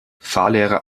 fahrlehrer